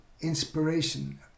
inspiration